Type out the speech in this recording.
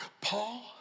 Paul